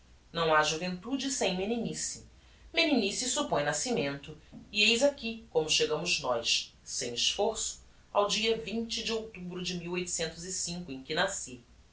não ha juventude sem meninice meninice suppõe nascimento e eis aqui como chegamos nós sem esforço ao dia de outubro de em que nasci